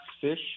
Fish